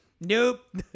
Nope